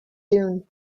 dune